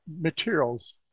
materials